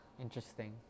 interesting